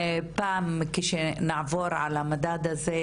פעם כשנעבור על המדד הזה,